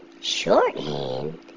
Shorthand